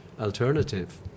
alternative